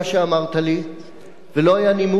ולא היה נימוק אמיתי במה שאמרת לי.